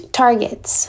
targets